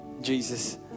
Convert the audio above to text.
jesus